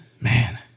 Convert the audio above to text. man